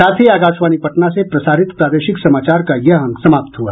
इसके साथ ही आकाशवाणी पटना से प्रसारित प्रादेशिक समाचार का ये अंक समाप्त हुआ